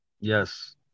Yes